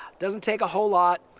doesn't take a whole lot.